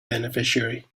beneficiary